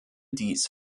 dies